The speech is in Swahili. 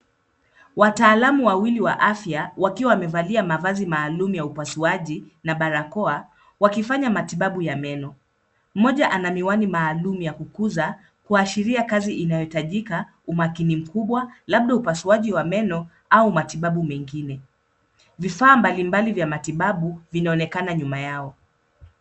Wataalam wawili wa afya wakiwa wamevalia mavazi maalum ya upasuaji na barakoa wakifanya matibabu ya meno. Mmoja ana miwani maalum ya kukuza kuashiria kazi inayoitajika umakini mkubwa. Labda upasuaji wa meno au matibabu mengine. Vifaa mbalimbali vya matibabu vinaonekana nyuma yao.